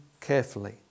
carefully